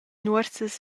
nuorsas